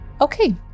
Okay